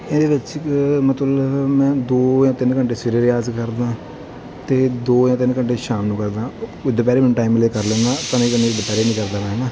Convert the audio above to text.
ਇਹਦੇ ਵਿੱਚ ਮਤਲਬ ਮੈਂ ਦੋ ਜਾਂ ਤਿੰਨ ਘੰਟੇ ਸਵੇਰੇ ਰਿਆਜ਼ ਕਰਦਾ ਅਤੇ ਦੋ ਜਾਂ ਤਿੰਨ ਘੰਟੇ ਸ਼ਾਮ ਨੂੰ ਕਰਦਾ ਕੋਈ ਦੁਪਹਿਰੇ ਮੈਨੂੰ ਟਾਈਮ ਮਿਲੇ ਕਰ ਲੈਂਦਾ ਕਰਦਾ ਮੈਂ ਹੈ ਨਾ